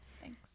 Thanks